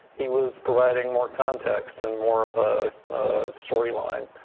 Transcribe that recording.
he was providing more context and more of a storyline.